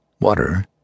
water